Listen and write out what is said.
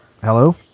Hello